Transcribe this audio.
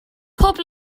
pob